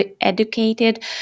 educated